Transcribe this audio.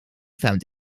found